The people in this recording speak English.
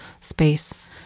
space